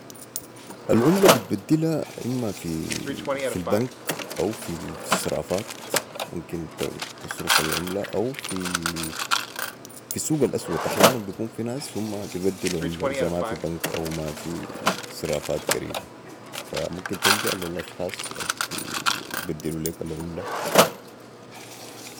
العمله بتبدلا أما في البنك او في الصرافات ممكن تصرف العمله او في السوق الاسود أحيانا بكون في ناس ببدلو عمله اذا مافي بنك او مافي صرافات قريبه ممكن تلجاء لي الاشخاص الببدلو ليك العمله